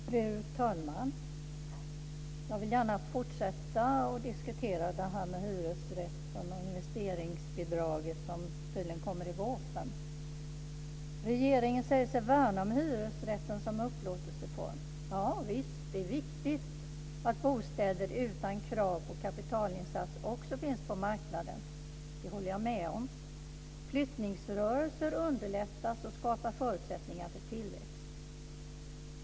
Fru talman! Jag vill gärna fortsätta att diskutera hyresrätten och investeringsbidraget, som tydligen kommer i vårpropositionen. Regeringen säger sig värna om hyresrätten som upplåtelseform. Javisst, det är viktigt att bostäder utan krav på kapitalinsats också finns på marknaden. Det håller jag med om. Flyttningsrörelser underlättas och skapar förutsättningar för tillväxt.